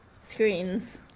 screens